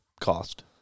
cost